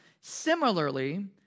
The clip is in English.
Similarly